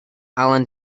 allen